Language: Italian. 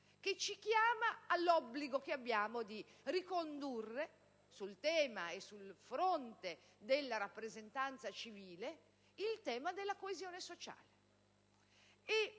che ci chiama all'obbligo di ricondurre sul fronte della rappresentanza civile il tema della coesione sociale.